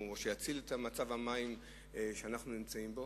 שיציל את מצב המים שאנחנו נמצאים בו.